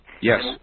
Yes